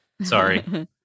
Sorry